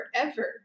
forever